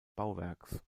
bauwerks